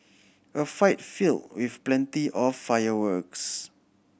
a fight filled with plenty of fireworks